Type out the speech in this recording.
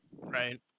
Right